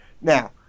Now